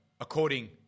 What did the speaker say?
according